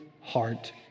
heart